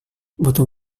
butuh